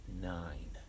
nine